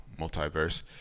multiverse